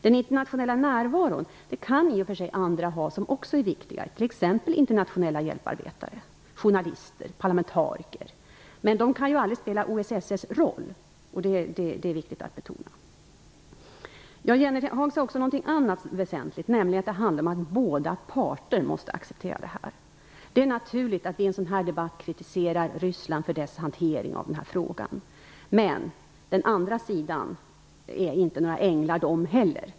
Den internationella närvaron kan i och för sig åstadkommas av andra, som också är viktiga, t.ex. internationella hjälparbetare, journalister, parlamentariker; men de kan aldrig spela OSSE:s roll, och det är viktigt att betona. Jan Jennehag sade också något annat som är väsentligt, nämligen att det gäller att båda parter måste acceptera det här. Det är naturligt att vi i en debatt som denna kritiserar Ryssland för dess hantering av den här frågan. Men på den andra sidan är de inte heller några änglar.